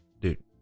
dude